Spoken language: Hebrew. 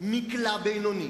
מקלע בינוני.